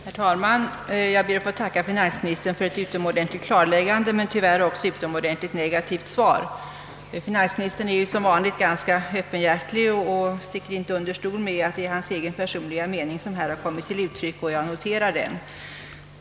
Herr talman! Jag ber att få tacka finansministern för ett utomordentligt klarläggande men tyvärr också utomordentligt negativt svar. Finansministern är som vanligt öppenhjärtig och sticker inte under stol med att det är hans egen personliga mening som kommit till uttryck, och jag noterar den.